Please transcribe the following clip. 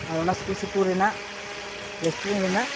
ᱟᱨ ᱚᱱᱟ ᱥᱩᱨ ᱥᱩᱯᱩᱨ ᱨᱮᱱᱟᱜ ᱨᱮᱥᱴᱩᱨᱮᱱ ᱨᱮᱱᱟᱜ